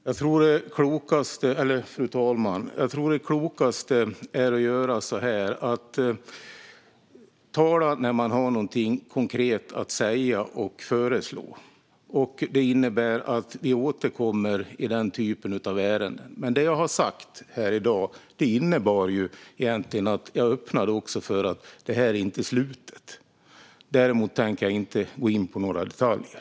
Fru talman! Jag tror att det klokaste är att tala när man har någonting konkret att säga och föreslå. Det innebär att vi återkommer i den typen av ärende. Men det jag har sagt här i dag innebär egentligen att jag öppnar för att det här inte är slutet. Däremot tänker jag inte gå in på några detaljer.